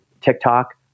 TikTok